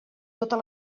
totes